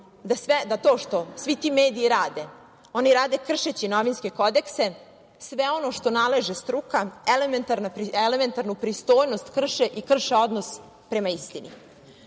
da to što svi ti mediji rade, oni rade kršeći novinske kodekse, sve ono što nalaže struka, elementarnu pristojnost krše i krše odnos prema istini. Pravi